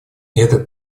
этот